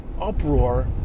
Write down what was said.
uproar